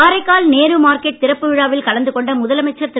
Karaikal Nehru market திறப்பு விழாவில் கலந்துகொண்ட முதலமைச்சர் திரு